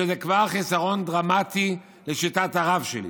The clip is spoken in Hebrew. שזה כבר חיסרון דרמטי, לשיטת הרב שלי.